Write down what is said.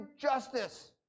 justice